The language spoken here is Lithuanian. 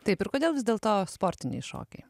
taip ir kodėl vis dėlto sportiniai šokiai